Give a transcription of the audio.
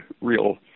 real